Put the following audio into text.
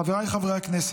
חבריי חברי הכנסת,